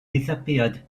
disappeared